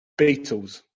Beatles